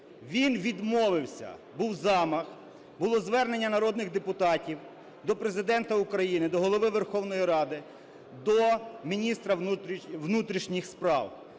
Він відмовився. Був замах, було звернення народних депутатів до Президента України, до Голови Верховної Ради, до міністра внутрішніх справ.